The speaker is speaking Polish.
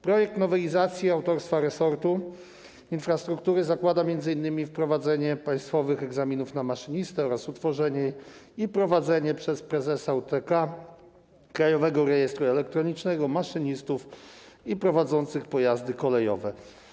Projekt nowelizacji autorstwa resortu infrastruktury zakłada m.in. wprowadzenie państwowych egzaminów na maszynistę oraz utworzenie i prowadzenie przez prezesa UTK krajowego rejestru elektronicznego maszynistów i prowadzących pojazdy kolejowe.